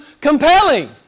compelling